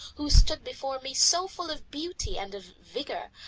who stood before me so full of beauty and of vigour,